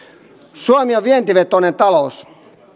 suomi on vientivetoinen talous